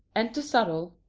enter subtle,